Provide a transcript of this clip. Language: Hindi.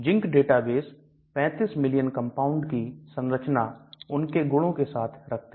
ZINC डेटाबेस 35 मिलीयन कंपाउंड की संरचना उनके गुणों के साथ रखते हैं